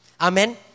Amen